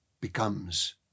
becomes